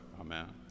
Amen